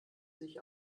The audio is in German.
sich